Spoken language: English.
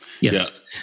Yes